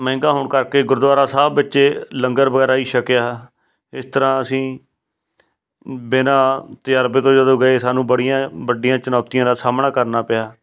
ਮਹਿੰਗਾ ਹੋਣ ਕਰਕੇ ਗੁਰਦੁਆਰਾ ਸਾਹਿਬ ਵਿੱਚੇ ਲੰਗਰ ਵਗੈਰਾ ਹੀ ਛਕਿਆ ਇਸ ਤਰ੍ਹਾਂ ਅਸੀਂ ਬਿਨਾਂ ਤਜਰਬੇ ਤੋਂ ਜਦੋਂ ਗਏ ਸਾਨੂੰ ਬੜੀਆਂ ਵੱਡੀਆਂ ਚੁਣੌਤੀਆਂ ਦਾ ਸਾਹਮਣਾ ਕਰਨਾ ਪਿਆ